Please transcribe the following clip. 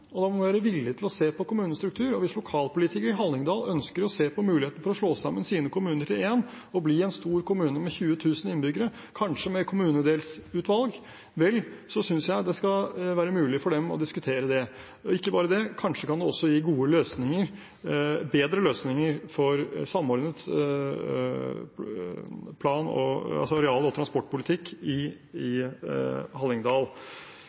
og da må vi være villige til å se på kommunestruktur. Hvis lokalpolitikere i Hallingdal ønsker å se på muligheten for å slå sammen sine kommuner til én og bli en stor kommune med 20 000 innbyggere, kanskje med kommunedelsutvalg, vel, da synes jeg det skal være mulig for dem å diskutere det. Og ikke bare det – kanskje kan det også gi bedre løsninger for samordnet areal- og transportpolitikk i Hallingdal.